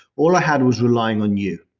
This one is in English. all i had was relying on you.